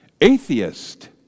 Atheist